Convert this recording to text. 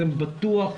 זה בטוח,